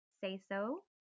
say-so